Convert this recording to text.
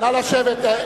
נא לשבת.